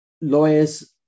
lawyers